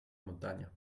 montaña